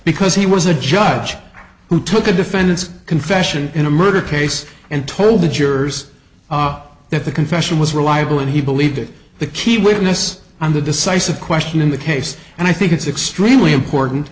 because he was a judge who took a defendant's confession in a murder case and told the jurors that the confession was reliable and he believed it the key witness on the decisive question in the case and i think it's extremely important